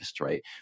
right